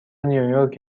نیویورک